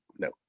no